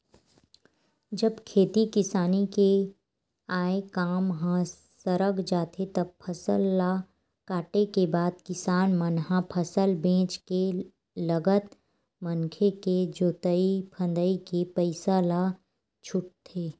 जब खेती किसानी के आय काम ह सरक जाथे तब फसल ल काटे के बाद किसान मन ह फसल बेंच के लगत मनके के जोंतई फंदई के पइसा ल छूटथे